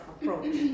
approach